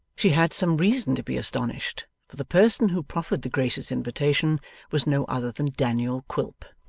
she had some reason to be astonished, for the person who proffered the gracious invitation was no other than daniel quilp.